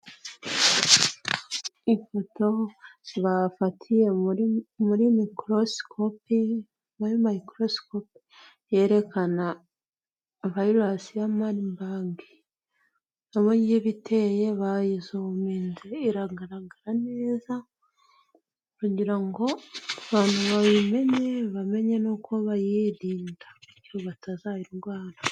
Ifoto bafatiye muri mikorosikopi, muri mayikorosikopi yerekana viyirasi ya madibage, uburyo iba iteye bayizuminze iragaragara neza kugira ngo abantu bayimenye bamenye n'uko bayirinda batazayirwara.